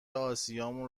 آسیامون